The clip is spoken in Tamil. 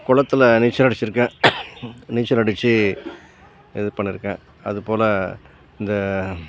குளத்துல நீச்சல் அடிச்சிருக்கேன் நீச்சல் அடிச்சு இது பண்ணிருக்கேன் அது போல் இந்த